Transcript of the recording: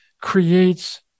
creates